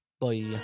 Bye